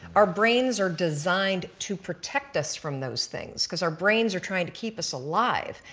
our brains are designed to protect us from those things, because our brains are trying to keep us alive.